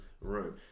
room